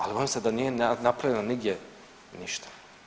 Ali bojim se da nije napravljeno nigdje ništa.